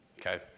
Okay